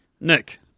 Nick